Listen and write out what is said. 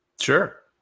Sure